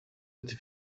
eti